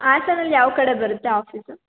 ಹಾಸನಲ್ಲಿ ಯಾವ ಕಡೆ ಬರುತ್ತೆ ಆಫೀಸು